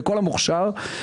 לכל המוכשר.